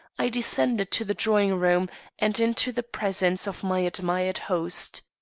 i descended to the drawing-room and into the presence of my admired host.